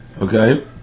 okay